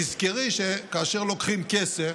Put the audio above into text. תזכרי שכאשר לוקחים כסף,